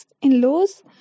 in-laws